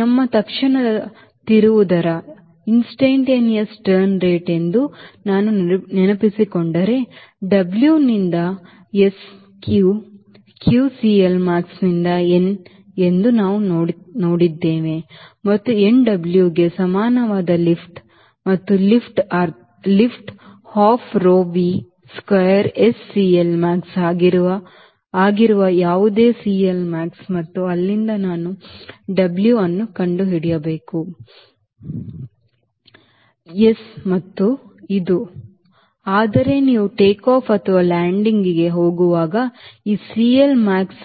ನಮ್ಮ ತತ್ಕ್ಷಣದ ತಿರುವು ದರ ಎಂದು ನಾನು ನೆನಪಿಸಿಕೊಂಡರೆ W ನಿಂದ S q q CLmax ನಿಂದ n ಎಂದು ನಾವು ನೋಡಿದ್ದೇವೆ ಮತ್ತು nW ಗೆ ಸಮಾನವಾದ ಲಿಫ್ಟ್ ಮತ್ತು ಲಿಫ್ಟ್ ಅರ್ಧ rho V ಚದರ S CLmax ಆಗಿರುವ ಯಾವುದೇ CLmax ಮತ್ತು ಅಲ್ಲಿಂದ ನಾನು W ಅನ್ನು ಕಂಡುಹಿಡಿಯಬಹುದು ಎಸ್ ಮತ್ತು ಇದು ಆದರೆ ನೀವು ಟೇಕ್ಆಫ್ ಅಥವಾ ಲ್ಯಾಂಡಿಂಗ್ಗೆ ಹೋಗುವಾಗ ಈ ಸಿಎಲ್ಮ್ಯಾಕ್ಸ್